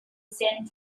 saint